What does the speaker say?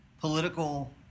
political